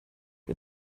ihr